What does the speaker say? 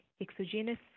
exogenous